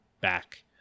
back